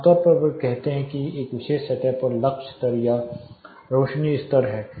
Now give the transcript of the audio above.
आमतौर पर वे कहते हैं कि यह एक विशेष सतह पर लक्स स्तर या रोशनी स्तर है